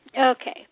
Okay